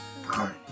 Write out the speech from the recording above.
Hi